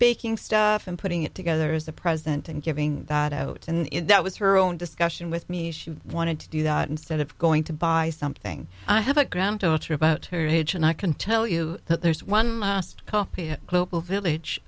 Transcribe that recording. baking stuff and putting it together is the president and giving that out and in that was her own discussion with me she wanted to do that instead of going to buy something i have a granddaughter about her age and i can tell you that there's one copy global village